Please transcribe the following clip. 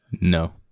No